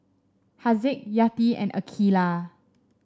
Haziq Yati and Aqeelah